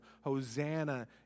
Hosanna